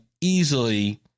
easily